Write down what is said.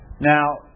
Now